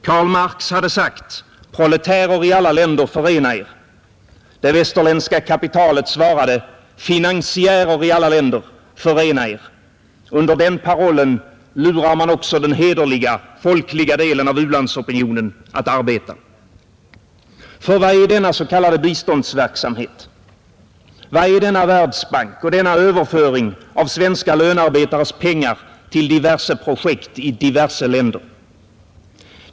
Karl Marx hade sagt: Proletärer i alla länder, förena er! Det västerländska kapitalet svarade: Finansiärer i alla länder, förena er! Under den parollen lurar man också den hederliga, folkliga delen av u-landsopinionen att arbeta. För vad är denna s.k. biståndsverksamhet? Vad är denna Världsbank och denna överföring av svenska lönearbetares pengar till diverse projekt i diverse länder?